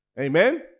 Amen